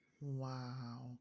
Wow